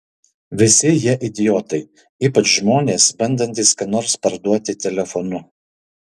visi jie idiotai ypač žmonės bandantys ką nors parduoti telefonu